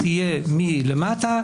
אני עדיין לא מבין מה מפתיע אותך העניין הרב.